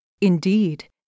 Indeed